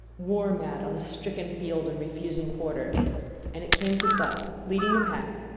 war-mad on a stricken field and refusing quarter and it came to buck, leading the pack,